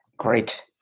Great